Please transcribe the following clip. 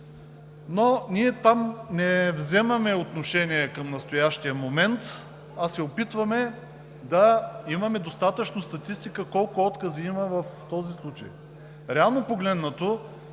Ние там не вземаме отношение към настоящия момент, а се опитваме да имаме достатъчно статистика колко отказа има в този случай. Реално погледнато,